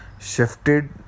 shifted